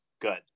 Good